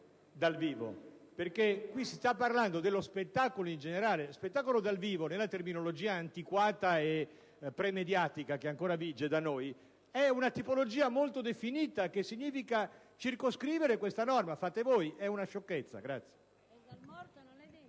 «dal vivo». Qui si sta parlando dello spettacolo in generale. Lo spettacolo dal vivo, nella terminologia antiquata e premediatica che ancora vige da noi, è una tipologia molto definita, il che significa circoscrivere questa norma. Fate voi, ma è una sciocchezza.